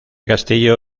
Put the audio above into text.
castillo